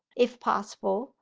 if possible,